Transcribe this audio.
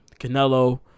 Canelo